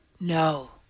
no